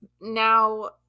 now